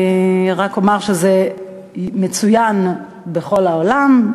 אני רק אומר שהוא מצוין בכל העולם.